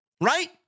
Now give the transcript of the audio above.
right